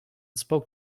spoke